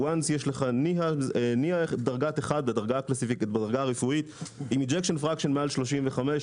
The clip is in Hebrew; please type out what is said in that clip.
ברגע שיש לך דרגה רפואית 1 עם אינג'קשן פרקשן מעל 35,